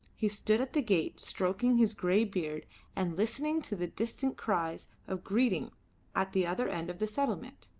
he stood at the gate stroking his grey beard and listening to the distant cries of greeting at the other end of the settlement.